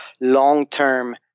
long-term